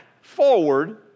forward